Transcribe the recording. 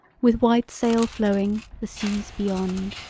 with white sail flowing, the seas beyond?